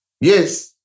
Yes